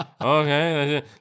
Okay